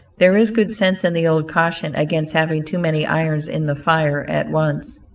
there is good sense in the old caution against having too many irons in the fire at once.